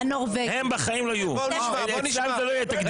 הם בחיים לא יהיו --- אצלם זה לא יהיה תקדים.